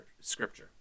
Scripture